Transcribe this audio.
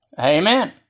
Amen